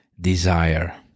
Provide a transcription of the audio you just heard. desire